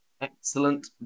Excellent